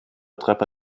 treppe